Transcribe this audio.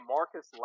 Marcus